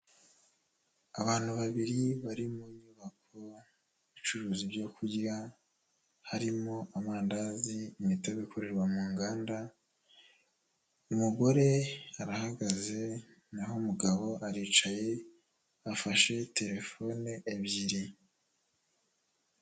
Abantu babiri bari mu nyubako icuruza ibyo kurya, harimo amandazi, imitobe ikorerwa mu nganda, umugore arahagaze, naho umugabo aricaye, afashe telefone ebyiri.